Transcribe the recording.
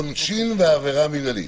עונשין ועבירה מנהלית.